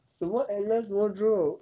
什么 endless wardrobe